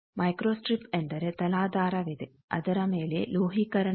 microstrip ಎಂದರೆ ತಲಾಧಾರವಿದೆ ಅದರ ಮೇಲೆ ಲೋಹೀಕರಣವಿದೆ